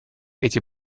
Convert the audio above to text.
эти